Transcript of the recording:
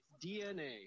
DNA